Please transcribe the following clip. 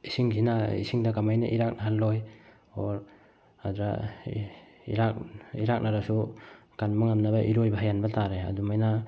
ꯏꯁꯤꯡꯁꯤꯅ ꯏꯁꯤꯡꯗ ꯀꯃꯥꯏꯅ ꯏꯔꯥꯛꯅꯍꯜꯂꯣꯏ ꯑꯣꯔ ꯑꯗ ꯏꯔꯥꯛꯅꯔꯁꯨ ꯀꯟꯕ ꯉꯝꯅꯕ ꯏꯔꯣꯏꯕ ꯍꯩꯍꯟꯕ ꯇꯥꯔꯦ ꯑꯗꯨꯃꯥꯏꯅ